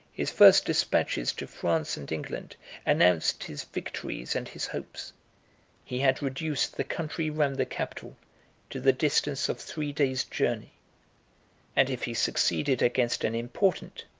his first despatches to france and england announced his victories and his hopes he had reduced the country round the capital to the distance of three days' journey and if he succeeded against an important,